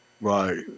Right